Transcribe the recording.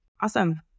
Awesome